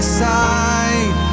side